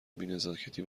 بینزاکتی